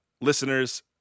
Listeners